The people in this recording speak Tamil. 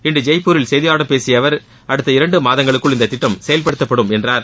இன்று ஜெய்ப்பூரில் செய்தியாளர்களிடம் பேசிய அவர் அடுத்த இரண்டு மாதங்களுக்குள் இந்த திட்டம் செயல்படுத்தப்படும் என்றார்